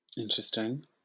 Interesting